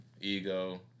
ego